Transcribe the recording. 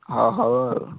ହଁ ହଉ ଆଉ